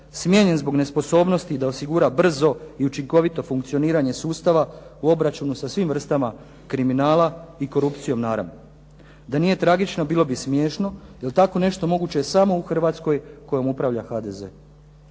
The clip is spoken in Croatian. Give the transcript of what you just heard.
smijenjen zbog nesposobnosti da osigura brzo i učinkovito funkcioniranje sustava u obračunu sa svim vrstama kriminala i korupcijom naravno. Da nije tragično bilo bi smiješno, jer tako nešto moguće je samo u Hrvatskoj kojom upravlja HDZ.